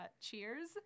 cheers